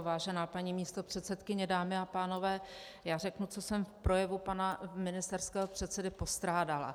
Vážená paní místopředsedkyně, dámy a pánové, já řeknu, co jsem v projevu pana ministerského předsedy postrádala.